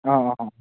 ꯑꯥꯎ ꯑꯥꯎ